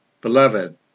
Beloved